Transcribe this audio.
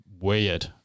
weird